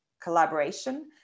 collaboration